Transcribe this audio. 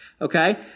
Okay